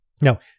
Now